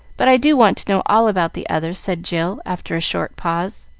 but i do want to know all about the other, said jill, after a short pause.